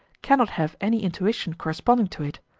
cannot have any intuition corresponding to it,